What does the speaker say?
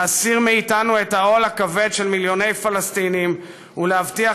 להסיר מאתנו את העול הכבד של מיליוני פלסטינים ולהבטיח